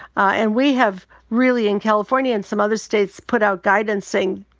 and we have really, in california and some other states, put out guidance saying,